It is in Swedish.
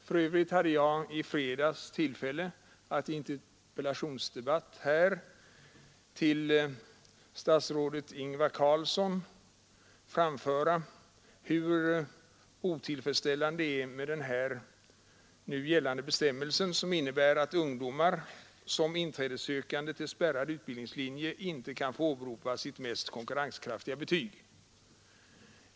För Övrigt hade jag i fredags tillfälle att i en interpellationsdebatt här till statsrådet Ingvar Carlsson framföra hur otillfredsställande det är med den nu gällande bestämmelsen som innebär att ungdomar som inträdessökan de till spärrade utbildningslinjer inte kan få åberopa sitt mest konkurrenskraftiga betyg.